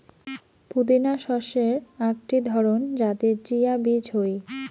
পুদিনা শস্যের আকটি ধরণ যাতে চিয়া বীজ হই